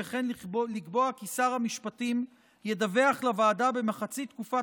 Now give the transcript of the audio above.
וכן לקבוע כי שר המשפטים ידווח לוועדה באמצע תקופת